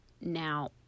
Now